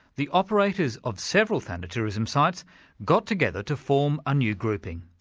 the operators of several thanatourism sites got together to form a new grouping,